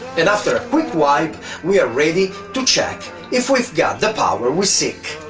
and after a quick wipe we are ready to check if we've got the power we seek.